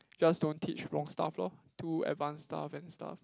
just don't teach wrong stuff lor too advanced stuff and stuff